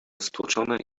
stłoczone